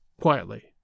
quietly